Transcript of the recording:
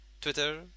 Twitter